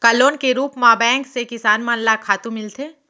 का लोन के रूप मा बैंक से किसान मन ला खातू मिलथे?